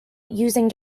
using